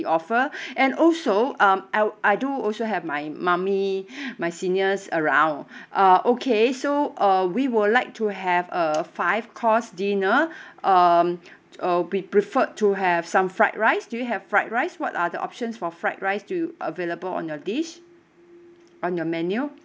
you offer and also um I'd I do also have my mummy my seniors around uh okay so uh we would like to have a five course dinner um uh we preferred to have some fried rice do you have fried rice what are the options for fried rice do available on your dish on your menu